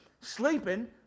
sleeping